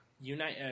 Unite